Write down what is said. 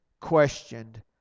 questioned